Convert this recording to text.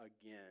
again